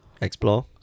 Explore